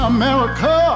America